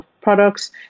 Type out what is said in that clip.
products